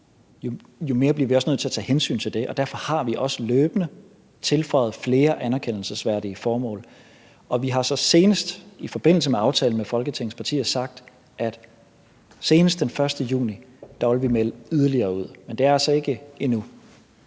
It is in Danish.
jo mere bliver vi også nødt til at tage hensyn til det, og derfor har vi også løbende tilføjet flere anerkendelsesværdige formål. Vi har så senest i forbindelse med aftalen med Folketingets partier sagt, at senest den 1. juni vil vi melde yderligere ud. Men det er altså ikke endnu.